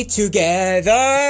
together